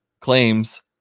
claims